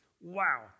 Wow